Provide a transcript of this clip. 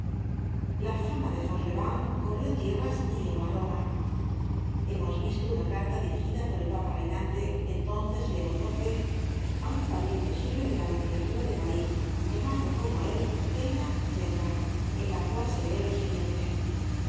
la fama de fauchelevent corrió tierras y llegó á roma hemos visto una carta dirigida por el papa reinante entonces leon xii ó un pariente suyo de la nunciatura de parís llamado como él della genga en la cual se lee lo siguiente